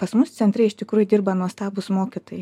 pas mus centre iš tikrųjų dirba nuostabūs mokytojai